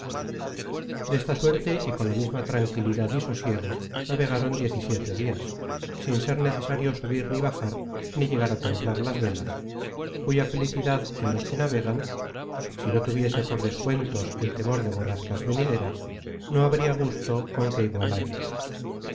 tocaba desta suerte y con la misma tranquilidad y sosiego navegaron diez y siete dias sin ser necesario subir ni bajar ni llegar á templar las velas cuya felicidad en los que navegan si no tuviese por descuentos el temor de borrascas venideras no habria gusto con que